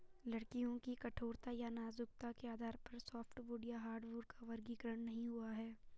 लकड़ियों की कठोरता या नाजुकता के आधार पर सॉफ्टवुड या हार्डवुड का वर्गीकरण नहीं हुआ है